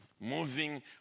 moving